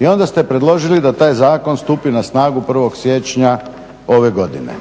I onda ste predložili da taj zakon stupi na snagu 1.siječnja ove godine.